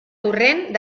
torrent